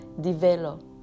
develop